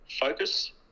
Focus